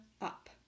up